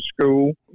school